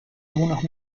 algunos